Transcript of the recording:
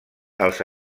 els